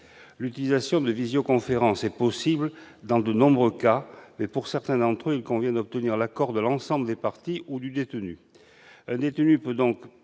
L'utilisation de la visioconférence est possible dans de nombreux cas, mais, pour certains d'entre eux, il convient d'obtenir l'accord de l'ensemble des parties ou du détenu. Un détenu peut donc